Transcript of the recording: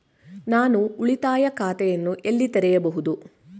ನಾನು ಉಳಿತಾಯ ಖಾತೆಯನ್ನು ಎಲ್ಲಿ ತೆರೆಯಬಹುದು?